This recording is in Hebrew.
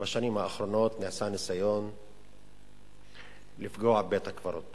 בשנים האחרונות נעשה ניסיון לפגוע בבית-הקברות